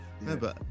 Remember